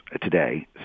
today